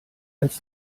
als